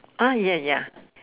ah ya ya